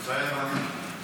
מתחייב אני.